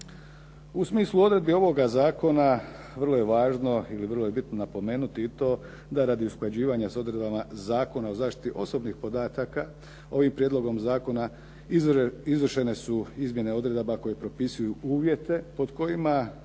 U smislu odredbi ovoga zakona vrlo je važno ili vrlo je bitno napomenuti i to da radi usklađivanja s odredbama Zakona o zaštiti osobnih podataka ovim prijedlogom zakona izvršene su izmjene odredaba koje propisuje uvjete pod kojima